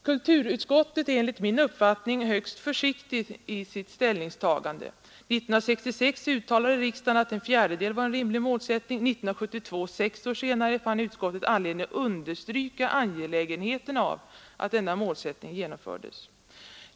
Kulturutskottet är enligt min uppfattning högst försiktigt i sitt ställningstagande. 1966 uttalade riksdagen att en fjärdedel regional produktion var en rimlig målsättning. 1972, sex år senare, fann kulturutskottet anledning understryka angelägenheten av att denna målsättning genomfördes.